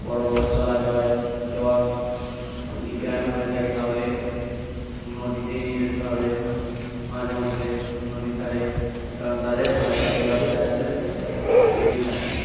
বড়ো বড়ো জলাশয় এবং যদি গ্রামে হয়ে থাকে তাহলে নদীতে নিয়ে যেতে হবে মাঝে মধ্যে নদীর ধারে এবং তাদের ভয়টা এভাবেই আস্তে আস্তে কেটে যাবে